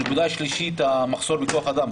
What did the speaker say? הנקודה השלישית המחסור בכוח אדם.